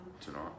tonight